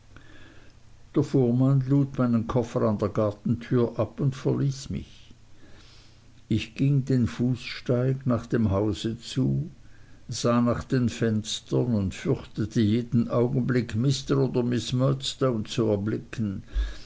der fuhrmann lud meinen koffer an der gartentür ab und verließ mich ich ging den fußsteig nach dem hause zu sah nach den fenstern und fürchtete jeden augenblick mr oder miß murdstone zu erblicken